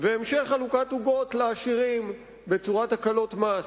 והמשך חלוקת עוגות לעשירים בצורת הקלות מס.